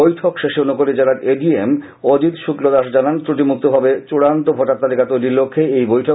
বৈঠকে শেষে ঊনকোটি জেলার এডিএম অজিত শুক্লদাস জানান ক্রটিমুক্তভাবে চূড়ান্ত ভোটার তালিকা তৈরীর লক্ষ্যেই এই বৈঠক